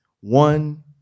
One